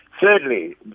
Thirdly